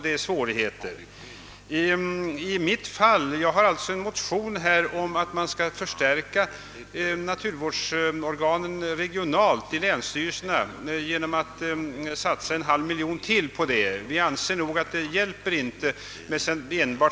Jag har burit fram en motion om att man skall förstärka naturvårdsorganen regionalt i länsstyrelserna genom att satsa ytterligare en halv miljon kronor.